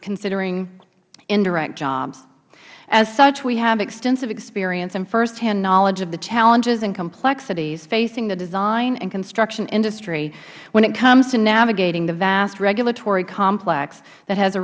considering indirect jobs as such as have extensive experience and first hand knowledge of the challenges and complexities facing the design and construction industry when it comes to navigating the vast regulatory complex that has